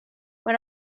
when